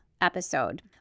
episode